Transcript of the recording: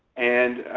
and